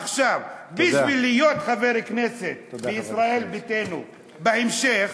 עכשיו, בשביל להיות חבר כנסת בישראל ביתנו בהמשך,